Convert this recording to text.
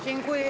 Dziękuję.